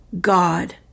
God